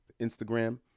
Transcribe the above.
instagram